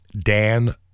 Dan